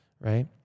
right